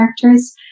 characters